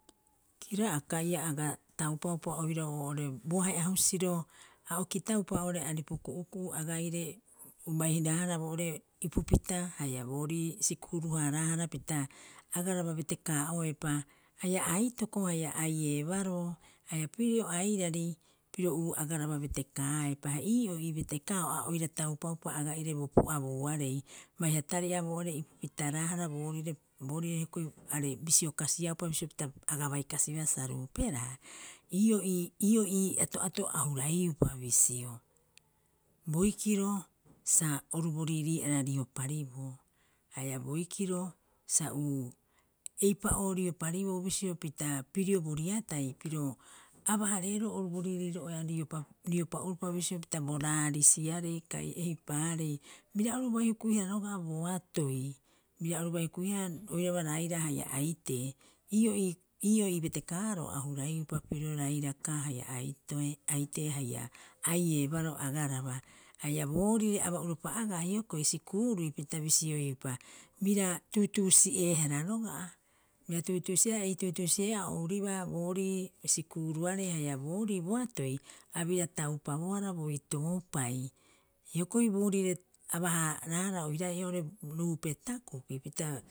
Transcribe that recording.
Kira'aka ia aga taupaupa oirau oo'ore bo ahe'a husiro a o kitaupa oo'ore aripu ku'uku'u agaire bairaahara boo'ore ipupita haia boorii sikuuru- haaraahara pita, agaraba betekaa'oepa, haia aitoko haia aiiee baroo haia pirio airari piro uu agaraba betekaaepa. Ha ii'oo ii betekaao a oira taupaupa aga'ire bo pu'abuuarei baiha tari'a boo ore ipupitaraahara boorire- boorire hioko'i are bisio kasiaupa bisio pita aga baikasibaa sa rupeeraa. Ii'oo ii- ii'oo ato'ato a huraiupa bisio, boikiro sa oru bo riirii'ara riopariboo haia boikiro sa uu eipa'oo riopariboo bisio pita pirio bo riatai piro aba- hareeroo oru bo riiriiro'oea riopa- riopa'uropa bisio pita bo raarisiarei kai eipaarei, bira oru bai hukuihara roga'a boatoi bira oru bai hukuihara roiraba rairaa haia aitee. Ii'oo ii betekaaroo a huraiupa pirio rairaka haia aitee- aitee haia aiiebaroo agaraba, haia boorire aba'uropa agaa hioko'i sikuurui pita bisioiupa, bira tuutuusi'eehaara roga'a. Bira tuutuusi'eea ei tuutuus'e'oo a ouribaa boorii sikuuruarei haia boorii boatoi a bira taupabohara boitoopai. Hioko'i boorire aba- haaraahara oiraae oo'ore ruupe takupi pita.